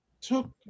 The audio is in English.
took